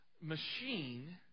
machine